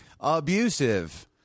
abusive